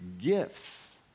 gifts